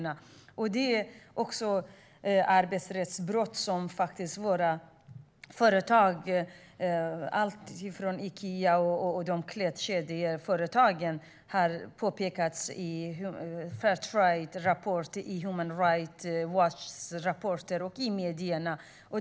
Det handlar om arbetsrättsbrott som gäller våra företag, alltifrån Ikea till klädkedjeföretagen. Detta har påpekats i Fairtraderapporter, i rapporter från Human Rights Watch och i medierna.